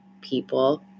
people